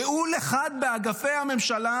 ייעול אחד באגף הממשלה,